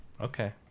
Okay